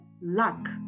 luck